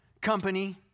company